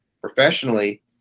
professionally